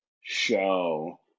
show